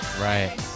Right